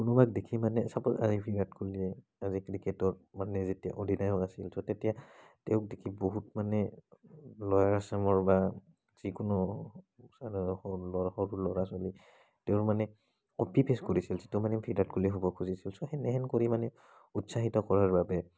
কোনোবাক দেখি মানে ছাপোজ আজি বিৰাট কোহলীৰে অজি ক্ৰিকেটত মানে যেতিয়া অধিনায়ক আছিল ছ' তেতিয়া তেওঁক দেখি বহুত মানে ল'ৱাৰ আছামৰ বা যিকোনো ছাইডৰে সৰু ল সৰু ল'ৰা ছোৱালী তেওঁৰ মানে অতি ফেচ কৰিছিল যিটো মানে বিৰাট কোহলী হ'ব খুজিছিল ছ' সেইটো মানে সেনেহেন কৰি উৎসাহিত কৰাৰ বাবে